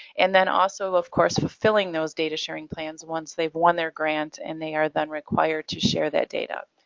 and then also, of course, fulfilling those data sharing plans once they've won their grant and they are then required to share that data.